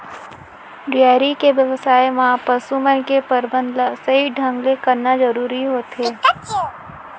dairy के बेवसाय म पसु मन के परबंध ल सही ढंग ले करना जरूरी होथे